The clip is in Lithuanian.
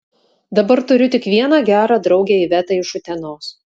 dabar turiu tik vieną gerą draugę ivetą iš utenos